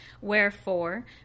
wherefore